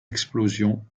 explosions